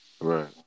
Right